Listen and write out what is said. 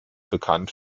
bekannt